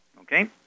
okay